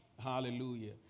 Hallelujah